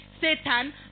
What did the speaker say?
Satan